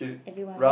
every one